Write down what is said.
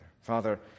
Father